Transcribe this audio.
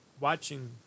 watching